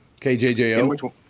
KJJO